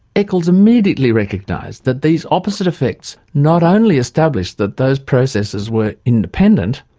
eccles immediately recognised that these opposite effects not only established that those processes were independent,